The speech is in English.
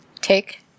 take